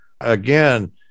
again